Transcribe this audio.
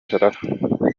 сытар